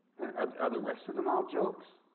and are the are the rest of them all jokes?